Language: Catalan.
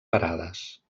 parades